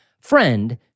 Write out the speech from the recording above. friend